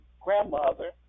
grandmother